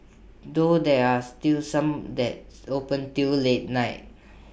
though there are still some that open till late night